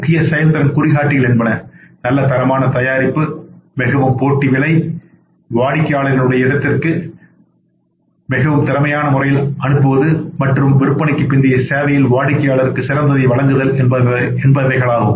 முக்கிய செயல்திறன் குறிகாட்டிகள் என்பன நல்ல தரமான தயாரிப்பு மிகவும் போட்டி விலையில் வாடிக்கையாளரின் இடத்திற்கு மிகவும் திறமையான முறையில்அனுப்புவது மற்றும் விற்பனைக்குப் பிந்தைய சேவையில் வாடிக்கையாளருக்கு சிறந்ததை வழங்குதல் என்பதாகும்